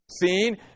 seen